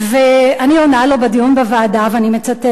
ואני עונה לו בדיון בוועדה, ואני מצטטת: